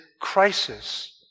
crisis